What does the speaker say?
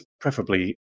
preferably